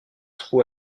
trou